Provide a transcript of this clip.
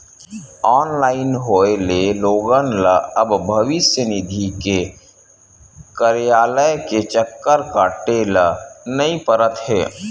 online होए ले लोगन ल अब भविस्य निधि के कारयालय के चक्कर काटे ल नइ परत हे